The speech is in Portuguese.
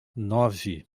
nove